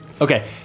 Okay